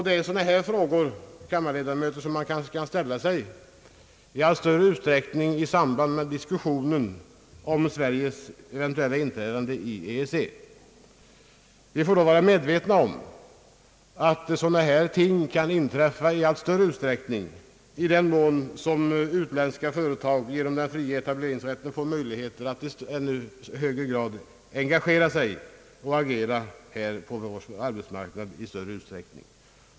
Det är sådana här frågor man också bör ställa sig i allt större utsträckning i samband med diskussionen om Sveriges eventuella inträde i EEC. Vi måste se med nyktra ögon på dessa ting och vara medvetna om att den fria etableringsrätten inom EEC kan komma att medföra export av arbetslöshet till vårt land genom utländska företags agerande här i större utsträckning.